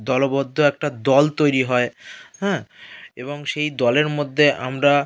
দলবদ্ধ একটা দল তৈরি হয় হ্যাঁ এবং সেই দলের মধ্যে আমরা